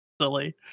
silly